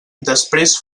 després